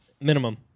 Minimum